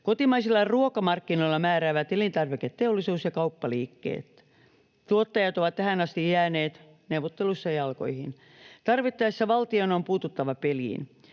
Kotimaisilla ruokamarkkinoilla määräävät elintarviketeollisuus ja kauppaliikkeet. Tuottajat ovat tähän asti jääneet neuvotteluissa jalkoihin. Tarvittaessa valtion on puututtava peliin.